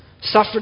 suffered